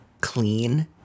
clean